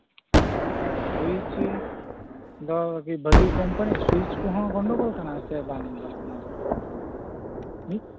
ᱮᱸ ᱥᱩᱭᱤᱪ ᱫᱚ ᱵᱷᱟᱹᱜᱤ ᱠᱚᱢᱯᱟᱱᱤ ᱥᱩᱭᱤᱪ ᱠᱚᱦᱚᱸ ᱜᱚᱱᱰᱚᱜᱳᱞ ᱠᱟᱱᱟ ᱥᱮ ᱵᱟᱝ ᱚᱱᱟ ᱫᱚ ᱦᱩᱸᱜ